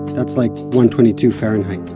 that's like one-twenty-two fahrenheit